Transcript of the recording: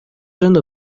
jeune